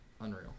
Unreal